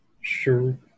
Sure